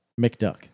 McDuck